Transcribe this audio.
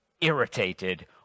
irritated